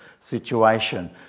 situation